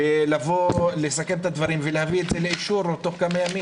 עם משרד הבריאות ולסכם את הדברים ולהביא את זה לאישור תוך כמה ימים.